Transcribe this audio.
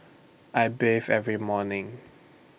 I bathe every morning